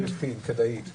באטרקציות זה היה כדאי.